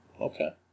Okay